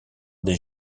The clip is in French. des